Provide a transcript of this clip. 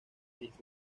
miss